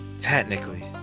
technically